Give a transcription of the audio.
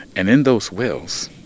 and in those wills,